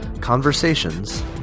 conversations